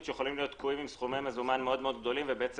שיכולים להיות תקועים עם סכומי מזומן מאוד גדולים ובעצם